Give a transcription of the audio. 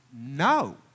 No